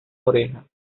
oreja